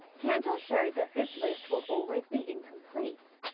cantor showed that this list will always be incomplete.